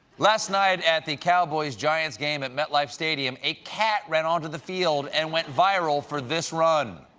last night at the cowboys-giants game at metlife stadium, a cat ran onto the field and went viral for this run